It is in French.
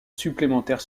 supplémentaires